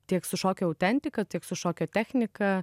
tiek su šokio autentika tik su šokio technika